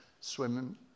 swimming